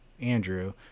Andrew